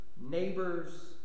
neighbors